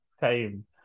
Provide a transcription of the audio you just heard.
time